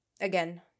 again